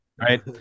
Right